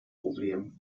problem